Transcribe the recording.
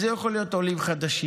הם יכולים להיות עולים חדשים,